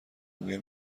گویم